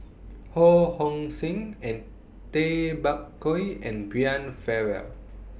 Ho Hong Sing and Tay Bak Koi and Brian Farrell